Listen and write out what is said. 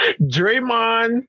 Draymond